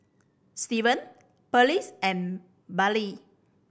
Steven Pearlie's and Bailey